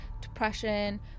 depression